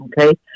okay